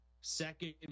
second